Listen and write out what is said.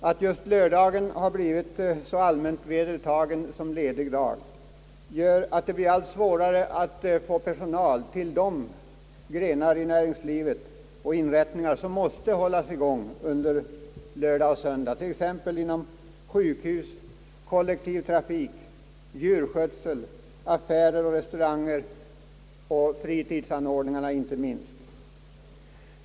Att just lördagen har blivit så allmänt vedertagen som ledig dag gör att det blir allt svårare att få personal till de grenar av näringslivet och de inrättningar som måste hållas i gång lördagar och söndagar, t.ex. sjukhus, kollektiv trafik, djurskötsel, affärer och restauranger samt inte minst fritidsanordningarna.